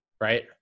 right